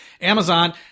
Amazon